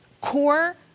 core